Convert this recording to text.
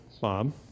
Bob